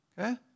Okay